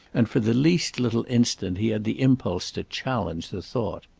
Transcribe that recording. and for the least little instant he had the impulse to challenge the thought.